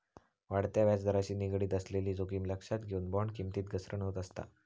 वाढत्या व्याजदराशी निगडीत असलेली जोखीम लक्षात घेऊन, बॉण्ड किमतीत घसरण होत असता